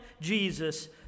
Jesus